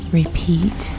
repeat